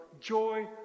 joy